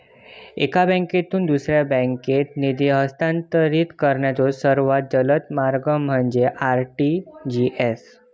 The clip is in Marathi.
एका बँकेतून दुसऱ्या बँकेत निधी हस्तांतरित करण्याचो सर्वात जलद मार्ग म्हणजे आर.टी.जी.एस